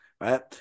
right